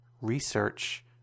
research